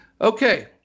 Okay